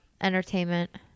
Entertainment